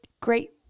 great